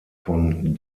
von